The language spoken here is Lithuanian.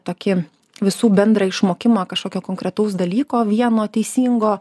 tokį visų bendrą išmokimą kažkokio konkretaus dalyko vieno teisingo